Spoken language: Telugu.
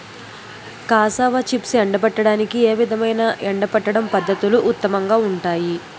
కాసావా చిప్స్ను ఎండబెట్టడానికి ఏ విధమైన ఎండబెట్టడం పద్ధతులు ఉత్తమంగా ఉంటాయి?